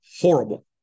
horrible